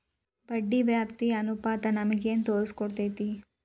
ಬಡ್ಡಿ ವ್ಯಾಪ್ತಿ ಅನುಪಾತ ನಮಗೇನ್ ತೊರಸ್ಕೊಡ್ತೇತಿ?